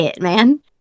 man